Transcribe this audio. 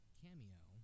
cameo